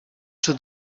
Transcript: czy